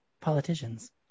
politicians